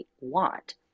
want